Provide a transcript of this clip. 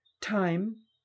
Time